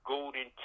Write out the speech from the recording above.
Golden